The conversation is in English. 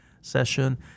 session